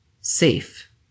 Safe